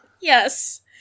Yes